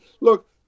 look